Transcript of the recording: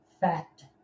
fact